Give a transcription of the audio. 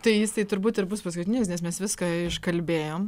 tai jisai turbūt ir bus paskutinis nes mes viską iškalbėjom